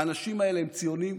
האנשים האלה הם ציונים,